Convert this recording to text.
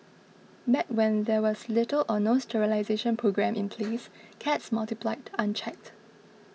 back when there was little or no sterilisation programme in please cats multiplied unchecked